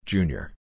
Junior